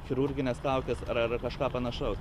chirurgines kaukes ar ar kažką panašaus